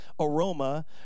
aroma